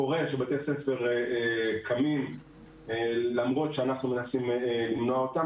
קורה שבתי ספר קמים למרות שאנחנו מנסים למנוע אותם.